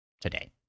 today